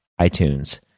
iTunes